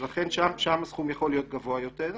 שם הסכום יכול להיות גבוה יותר.